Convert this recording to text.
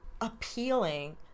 appealing